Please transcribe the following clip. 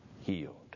healed